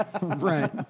Right